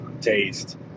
taste